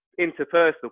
interpersonal